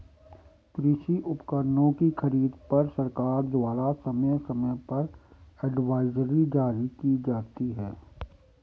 कृषि उपकरणों की खरीद पर सरकार द्वारा समय समय पर एडवाइजरी जारी की जाती है